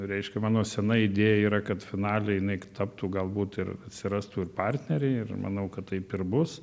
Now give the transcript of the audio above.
reiškia mano sena idėja yra kad finale jinai taptų galbūt ir atsirastų ir partneriai ir manau kad taip ir bus